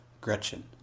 Gretchen